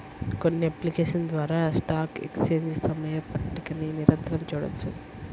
కొన్ని అప్లికేషన్స్ ద్వారా stock exchange సమయ పట్టికని నిరంతరం చూడొచ్చు